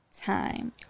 time